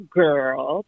girl